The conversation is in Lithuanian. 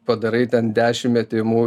padarai ten dešim metimų